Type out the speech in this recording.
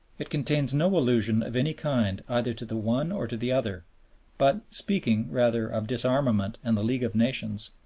it contains no allusion of any kind either to the one or to the other but, speaking, rather, of disarmament and the league of nations,